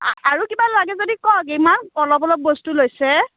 আ আৰু কিবা লাগে যদি কওক ইমান অলপ অলপ বস্তু লৈছে